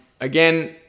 Again